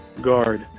guard